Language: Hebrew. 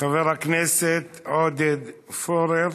חבר הכנסת עודד פורר,